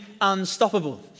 unstoppable